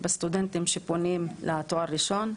בסטודנטים שפונים לתואר ראשון,